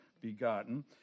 begotten